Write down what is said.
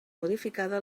notificada